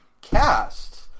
cast